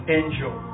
angel